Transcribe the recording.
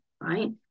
right